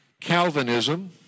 Calvinism